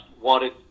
wanted